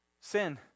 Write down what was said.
Sin